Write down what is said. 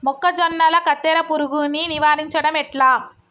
మొక్కజొన్నల కత్తెర పురుగుని నివారించడం ఎట్లా?